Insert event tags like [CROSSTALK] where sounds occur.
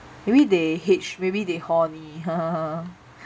maybe they maybe they horny [LAUGHS]